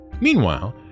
Meanwhile